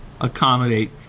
accommodate